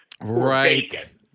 Right